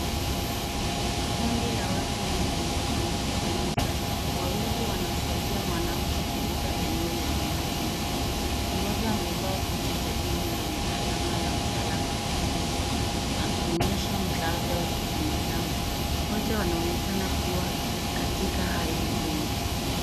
Kundi la watu wengi wamekusanyika, wawili wanasaidia mwanamke kuvuka eneo lenye maji mengi. Mmoja amevaa koti jekundu lenye alama ya Msalaba Mwekundu na akionyesha msaada wa kibinadamu. Wote wanaonekana kuwa katika hali ngumu.